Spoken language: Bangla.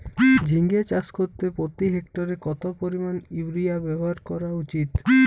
ঝিঙে চাষ করতে প্রতি হেক্টরে কত পরিমান ইউরিয়া ব্যবহার করা উচিৎ?